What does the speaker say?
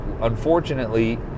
unfortunately